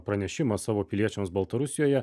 pranešimą savo piliečiams baltarusijoje